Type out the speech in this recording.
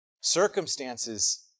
Circumstances